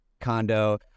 condo